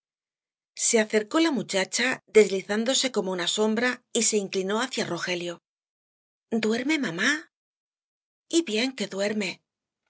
se acercó la muchacha deslizándose como una sombra y se inclinó hacia rogelio duerme mamá y bien que duerme